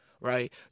right